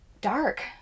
dark